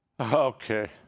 Okay